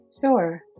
Sure